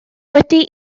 wedi